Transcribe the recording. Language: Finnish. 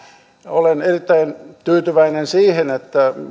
olen erittäin tyytyväinen siihen että